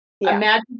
Imagine